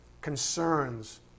concerns